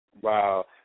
Wow